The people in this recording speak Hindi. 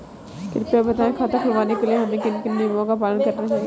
कृपया बताएँ खाता खुलवाने के लिए हमें किन किन नियमों का पालन करना चाहिए?